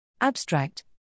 Abstract